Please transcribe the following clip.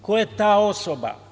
Ko je ta osoba?